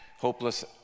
hopeless